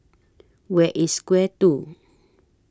Where IS Square two